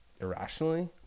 irrationally